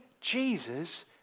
Jesus